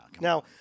Now